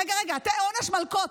רגע, רגע, עונש מלקות.